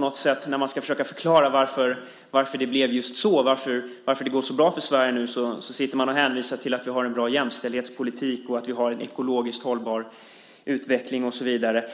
När man ska försöka förklara varför det blev så, varför det går så bra för Sverige nu, hänvisar man till att vi har en bra jämställdhetspolitik, en ekologiskt hållbar utveckling och så vidare.